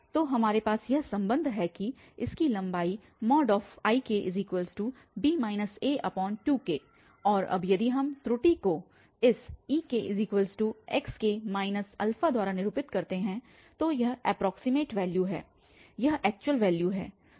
तो हमारे पास यह संबंध है कि इसकी लंबाई Ikb a2k और अब यदि हम त्रुटि को इस ex द्वारा निरूपित करते हैं तो यह एप्रोक्सीमेट वैल्यू है यह ऐक्चुअल वैल्यू है